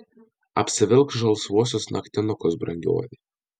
apsivilk žalsvuosius naktinukus brangioji